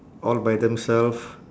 all by themself